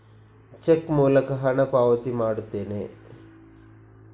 check ಮೂಲಕ ಹಣ ಪಾವತಿ ಮಾಡುತ್ತೇನೆ